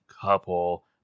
couple